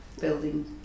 building